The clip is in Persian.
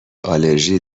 آلرژی